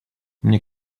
мне